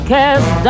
cast